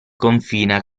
confina